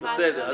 בסדר.